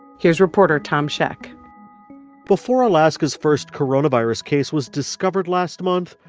here's reporter tom scheck before alaska's first coronavirus case was discovered last month,